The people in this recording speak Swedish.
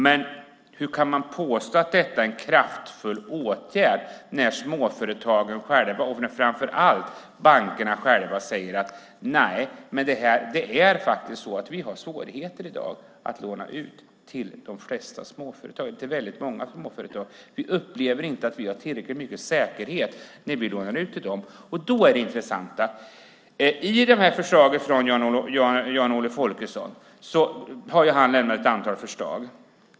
Men hur kan man påstå att detta är en kraftfull åtgärd när bankerna själva säger att de har svårigheter i dag att låna ut till de flesta småföretag, att de upplever att de inte har tillräckligt mycket säkerhet. I sin utredning har Jan-Olle Folkesson lämnat ett antal förslag.